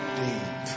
deep